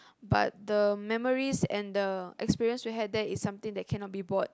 but the memories and the experience we had there is something that cannot be bought